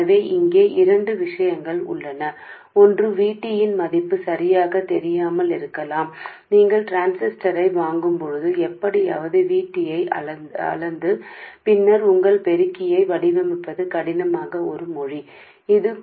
కాబట్టి ఇక్కడ కొన్ని విషయాలు ఉన్నాయి ఒకటి అనేది VT యొక్క విలువ సరిగ్గా తెలియదు దుర్భరమైన అయినప్పటికీ మీరు ట్రాన్సిస్టర్ కొనుగోలు చేసేటప్పుడు ఏదో ఒక విధంగా మీరు VT ని కొలిచేందుకు మరియు ఆపై మీ యాంప్లిఫైయర్ ను రూపొందిస్తారు